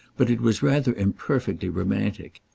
but it was rather imperfectly romantic.